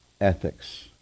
ethics